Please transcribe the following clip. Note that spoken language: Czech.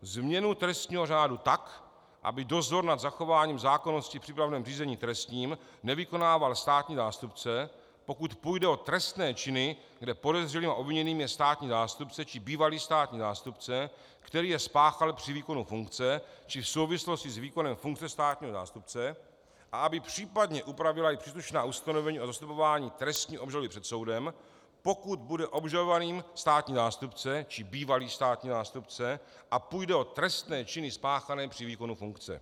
Změnu trestního řádu tak, aby dozor nad zachováním zákonnosti v přípravném řízení trestním nevykonával státní zástupce, pokud půjde o trestné činy, kde podezřelým a obviněným je státní zástupce či bývalý státní zástupce, který je spáchal při výkonu funkce či v souvislosti s výkonem funkce státního zástupce, a aby případně upravila i příslušná ustanovení o zastupování trestní obžaloby před soudem, pokud bude obžalovaným státní zástupce či bývalý státní zástupce a půjde o trestné činy spáchané při výkonu funkce.